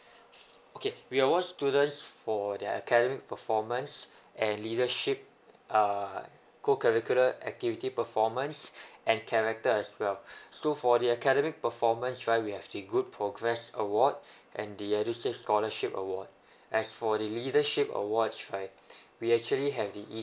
okay we award students for their academic performance and leadership uh cocurricular activity performance and character as well so for the academic performance right we have the good progress award and the edusave scholarship award as for the leadership awards right we actually have the